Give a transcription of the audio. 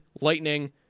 Lightning